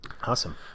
Awesome